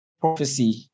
prophecy